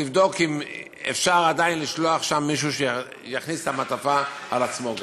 תבדוק אם אפשר עדיין לשלוח לשם מישהו שיכניס את המעטפה על עצמו גם.